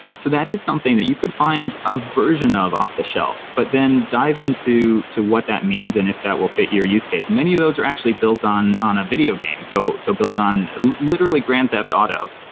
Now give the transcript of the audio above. so that is something that you could find a version of off-the shelf, but then dive into what that means and if that will fit your use case, many of those are actually built on on a video game. so so built on literally grand theft auto,